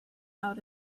out